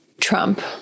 Trump